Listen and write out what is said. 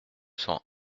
cent